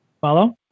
Follow